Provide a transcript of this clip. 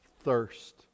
Thirst